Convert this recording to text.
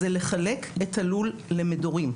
זה לחלק את הלול למדורים.